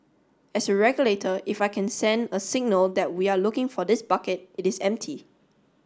as a regulator if I can send a signal that we are looking for this bucket it is empty